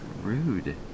Rude